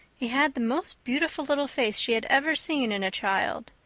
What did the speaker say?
he had the most beautiful little face she had ever seen in a child.